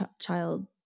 child